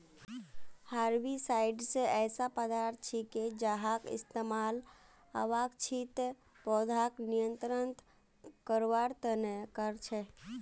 herbicides ऐसा पदार्थ छिके जहार इस्तमाल अवांछित पौधाक नियंत्रित करवार त न कर छेक